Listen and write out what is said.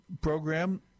program